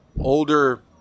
older